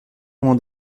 ouen